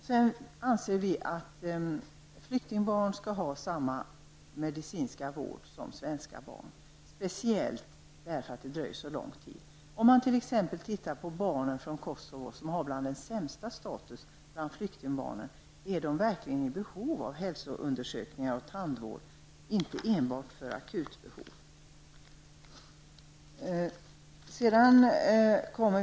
Vi anser att flyktingbarn skall ha samma medicinska vård som svenska barn. Som exempel kan jag nämna barnen från Kosovo, som tillhör den grupp flyktingbarn som har den sämsta statusen. De har verkligen behov av hälsoundersökningar och tandvård och inte enbart akut vård.